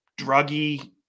druggy